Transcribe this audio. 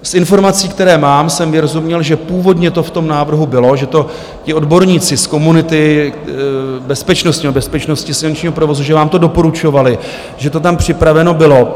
Z informací, které mám, jsem vyrozuměl, že původně to v tom návrhu bylo, že to ti odborníci z komunity bezpečnosti silničního provozu, že vám to doporučovali, že to tam připraveno bylo.